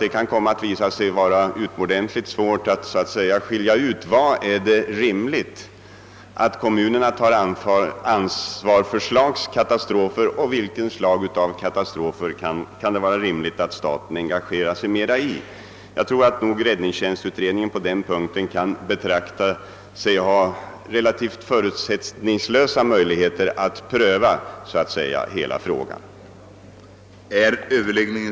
Det kan naturligtvis visa sig utomordentligt svårt att skilja ut vilka slag av katastrofer kommunerna skall ta ansvar för och vilka staten skall engagera sig i. Räddningstjänstutredningen kan emellertid anses ha möjligheter att pröva hela frågan relativt förutsättningslöst.